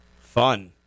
Fun